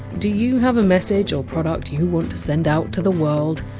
do you have a message or product you want to send out to the world?